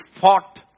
fought